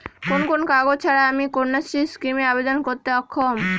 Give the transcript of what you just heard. কোন কোন কাগজ ছাড়া আমি কন্যাশ্রী স্কিমে আবেদন করতে অক্ষম?